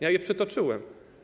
Ja je przytoczyłem.